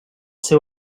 seu